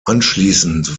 anschließend